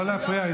לא להפריע,